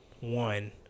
one